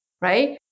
right